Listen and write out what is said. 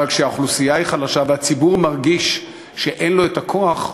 אבל כשהאוכלוסייה היא חלשה והציבור מרגיש שאין לו הכוח,